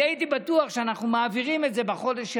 אני הייתי בטוח שאנחנו מעבירים את זה בחודש שעבר,